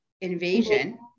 Invasion